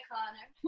Connor